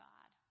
God